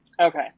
Okay